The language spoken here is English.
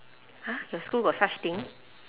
!huh! your school got such thing